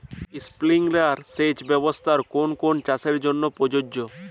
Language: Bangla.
স্প্রিংলার সেচ ব্যবস্থার কোন কোন চাষের জন্য প্রযোজ্য?